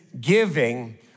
giving